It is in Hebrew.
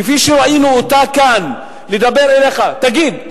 כפי שראינו אותה כאן לדבר אליך: תגיד,